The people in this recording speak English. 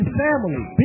family